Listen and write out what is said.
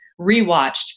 rewatched